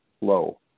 low